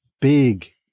big